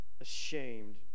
ashamed